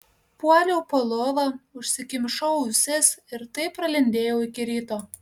puoliau po lova užsikimšau ausis ir taip pralindėjau iki ryto